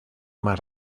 más